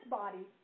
body